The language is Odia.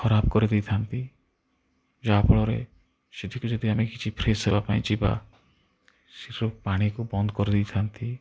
ଖରାପ କରିଦେଇଥାନ୍ତି ଯାହାଫଳରେ ସେଠିକୁ ଯଦି ଆମେ କିଛି ଫ୍ରେଶ୍ ହେବା ପାଇଁ ଯିବା ସେ ସବୁ ପାଣିକୁ ବନ୍ଦ କରିଦେଇଥାନ୍ତି